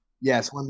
Yes